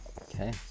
Okay